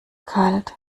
kalt